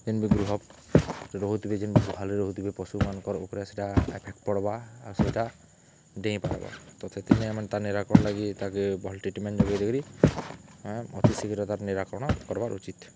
ଯେନ୍ ବି ଗୃହ ରହୁଥିବେ ଯେନ୍ବି ଗୁହାଲ୍ରେ ରହୁଥିବେ ପଶୁମାନଙ୍କର୍ ଉପ୍ରେ ସେଟା ଏଫେକ୍ଟ୍ ପଡ଼୍ବା ଆଉ ସେଟା ଡେଇଁ ପାର୍ବା ତ ସେଥିର୍ଲାଗି ଆମେ ତାର୍ ନିରାକରଣ ଲାଗି ତାକେ ଭଲ୍ ଟ୍ରିଟ୍ମେଣ୍ଟ୍ ଯୋଗେଇ ଦେଇକରି ଆମେ ଅତିଶୀଘ୍ର ତାର୍ ନିରାକରଣ କର୍ବାର୍ ଉଚିତ୍